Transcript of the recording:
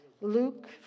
Luke